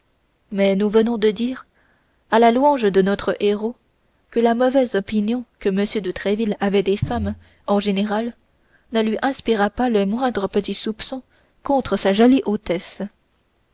mais nous devons dire à la louange de notre héros que la mauvaise opinion que m de tréville avait des femmes en général ne lui inspira pas le moindre petit soupçon contre sa jolie hôtesse